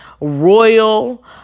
royal